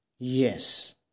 Yes